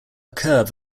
curve